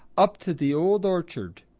up to the old orchard.